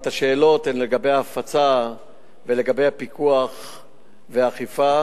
אבל השאלות לגבי ההפצה ולגבי הפיקוח והאכיפה,